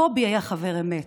קובי היה חבר אמת.